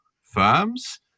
firms